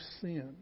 sin